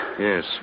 Yes